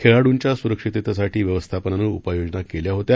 खेळांडूच्या सुरक्षिततेसाठी व्यवस्थापनानं उपाययोजना केल्या होत्या